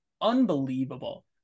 unbelievable